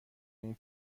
این